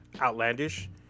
outlandish